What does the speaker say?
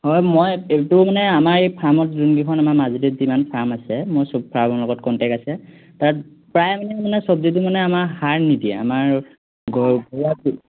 হয় মই এইটো মানে আমাৰ এই ফাৰ্মত যিকেইখন আমাৰ মাজুলীত যিমান ফাৰ্ম আছে মই সব ফাৰ্মৰ লগত কণ্টেক্ট আছে তাত প্ৰায় মানে মানে চব্জিটো মানে আমাৰ সাৰ নিদিয়া আমাৰ ঘৰ ঘৰুৱা